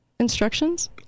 Instructions